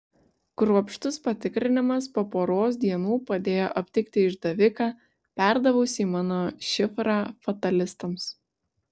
kruopštus patikrinimas po poros dienų padėjo aptikti išdaviką perdavusi mano šifrą fatalistams